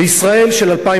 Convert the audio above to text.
בישראל של 2011